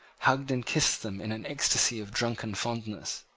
hugged and kissed them in an ecstasy of drunken fondness.